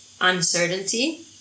uncertainty